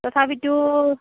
তথাপিটো